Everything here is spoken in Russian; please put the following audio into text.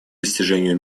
достижению